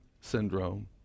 syndrome